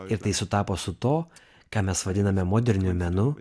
ir tai sutapo su to ką mes vadiname moderniu menu